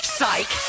Psych